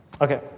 Okay